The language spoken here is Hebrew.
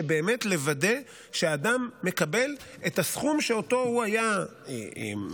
באמת לוודא שהאדם מקבל את הסכום שאותו הוא היה מרוויח,